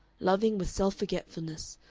loving was self-forgetfulness,